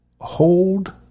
hold